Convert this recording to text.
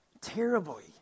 terribly